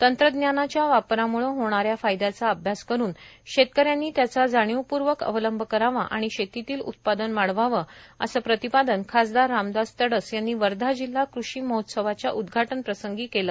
तंत्रज्ञानाच्या वापरामुळे होणाऱ्या फायद्याचा अभ्यास करून शेतकऱयांनी त्याचा जाणीवपूर्वक अवलंब करावा आणि शेतीतील उत्पादन वाढवावे असे प्रतिपादन खासदार रामदास तडस यांनी वर्धा जिल्हा कृषी महोत्सवाच्या उदघाटनप्रसंर्गी केले